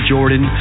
Jordan